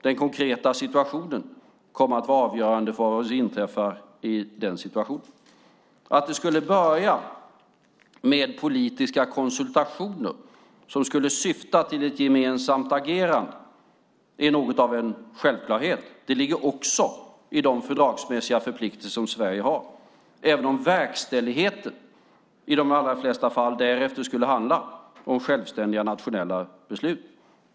Den konkreta situationen kommer att vara avgörande för vad som inträffar i den situationen. Att det skulle börja med politiska konsultationer som syftar till gemensamt agerande är något av en självklarhet. Det ligger också i de fördragsmässiga förpliktelser Sverige har, även om verkställigheten i de allra flesta fall därefter skulle handla om självständiga nationella beslut.